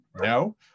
no